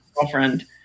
girlfriend